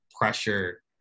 pressure